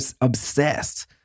obsessed